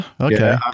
okay